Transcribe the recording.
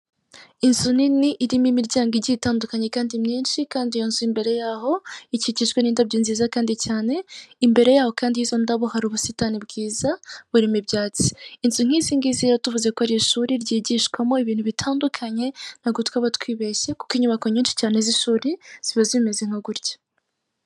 Inzu nini irimo imiryango igiye itandukanye kandi myinshi kandi iyo nzu imbere yaho ikikijwe n'indabyo nziza kandi cyane imbere yaho kandi y'izo ndabo hari ubusitani bwiza burimo ibyatsi, inzu nk'izi ngizi rero tuvuze ko ari ishuri ryigishwamo ibintu bitandukanye ntago twaba twibeshye kuko inyubako nyinshi cyane z'ishuri ziba zimeze nka gutya.